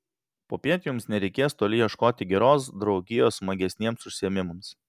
popiet jums nereikės toli ieškoti geros draugijos smagesniems užsiėmimams